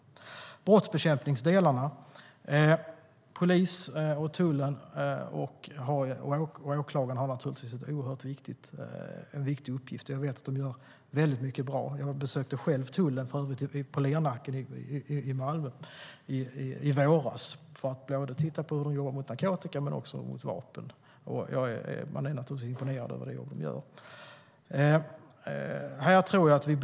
När det gäller de brottsbekämpande delarna har naturligtvis polisen, tullen och åklagarna en oerhört viktig uppgift, och jag vet att de gör många bra saker. Jag besökte för övrigt tullen i Lernacken i Malmö i våras för att titta på hur de jobbade mot narkotika men även i fråga om vapen. Jag är naturligtvis imponerad över det jobb som de gör.